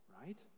right